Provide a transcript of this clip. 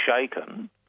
shaken